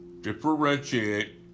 differentiate